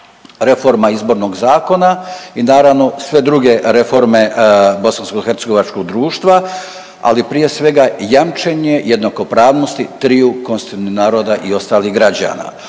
reforma izbornog zakona i naravno sve druge reforme bosansko-hercegovačkog društva, ali prije svega jamčenje jednakopravnosti triju konstitutivnih naroda i ostalih građana.